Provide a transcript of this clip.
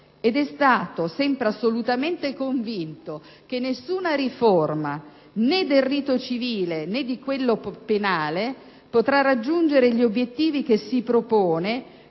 ed è stato sempre assolutamente convinto che nessuna riforma, né del rito civile né di quello penale, potrà raggiungere gli obiettivi che si propone